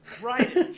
Right